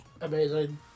Amazing